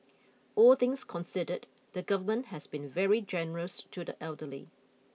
all things considered the government has been very generous to the elderly